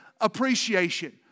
appreciation